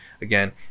again